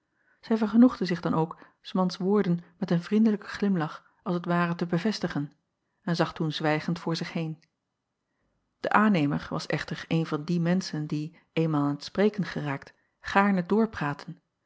zij vergenoegde zich dan ook s mans woorden met een vriendelijken glimlach als t ware te bevestigen en zag toen zwijgend voor zich heen e aannemer was echter een acob van ennep laasje evenster delen van die menschen die eenmaal aan t spreken geraakt